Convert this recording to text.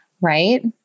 right